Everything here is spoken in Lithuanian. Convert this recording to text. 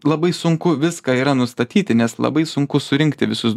labai sunku viską yra nustatyti nes labai sunku surinkti visus